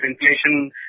inflation